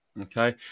Okay